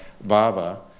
VAVA